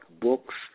books